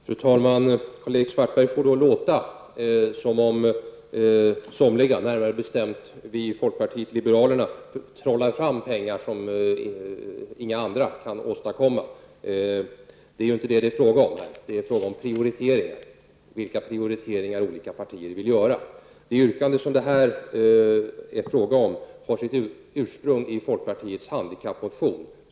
Fru talman! Karl-Erik Svartberg får det att låta som om somliga, närmare bestämt vi i folkpartiet liberalerna, trollar fram pengar som ingen annan kan åstadkomma. Det är inte fråga om detta. Det är fråga om prioriteringar och vilka prioriteringar olika partier vill göra. Det yrkande som det är fråga om här har sitt ursprung i folkpartiets handikappmotion.